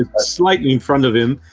ah slightly in front of him.